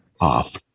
off